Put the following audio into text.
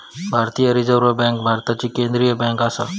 भारतीय reserve bank भारताची केंद्रीय बँक आसा